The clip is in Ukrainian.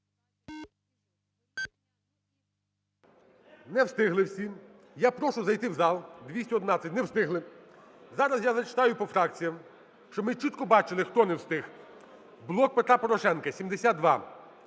Не встигли всі. Я прошу зайти в зал. 211, не встигли. Зараз я зачитаю по фракціям, щоб ми чітко бачили, хто не встиг. "Блок Петра Порошенка" –